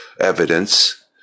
evidence